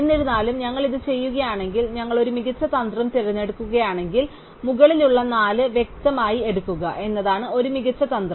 എന്നിരുന്നാലും ഞങ്ങൾ ഇത് ചെയ്യുന്നില്ലെങ്കിൽ ഞങ്ങൾ ഒരു മികച്ച തന്ത്രം തിരഞ്ഞെടുക്കുകയാണെങ്കിൽ മുകളിലുള്ള നാല് വ്യക്തമായി എടുക്കുക എന്നതാണ് ഒരു മികച്ച തന്ത്രം